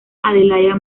adelaida